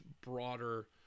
broader